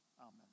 Amen